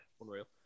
unreal